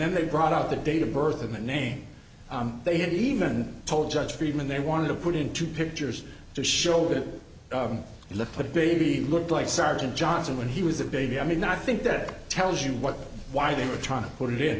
then they brought out the date of birth and the name they had even told judge friedman they want to put into pictures to show that the put baby looked like sergeant johnson when he was a baby i mean i think that tells you what why they were trying to put it in